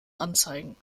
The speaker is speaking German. anzeigen